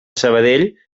sabadell